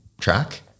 track